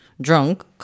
drunk